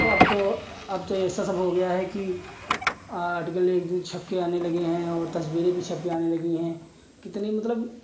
और अब तो अब तो ऐसा सब हो गया है कि आर्टिकल एक दो छपकर आने लगे हैं और तस्वीरें भी छपकर आने लगी हैं कितनी मतलब